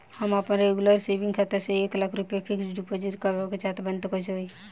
हम आपन regular saving खाता से एक लाख रुपया फिक्स डिपॉज़िट करवावे के चाहत बानी त कैसे होई?